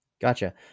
Gotcha